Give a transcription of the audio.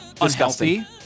unhealthy